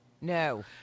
No